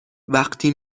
وقتی